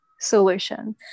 solution